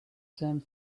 same